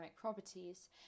properties